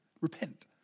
repent